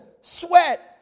sweat